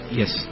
yes